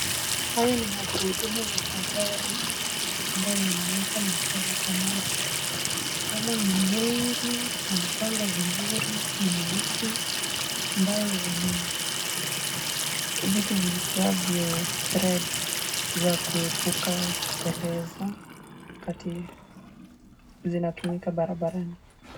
Hayo ni magurudumu ya magari, ambayo yamewekwa mahali pamoja. Kama ni mengi yamepangwa vizuri ni meusi. Ambayo yana vitu viitwavyo threads za kuepuka kuteleza wakati zinatumika barabarani.